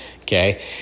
Okay